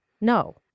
No